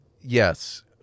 yes